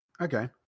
Okay